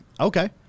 Okay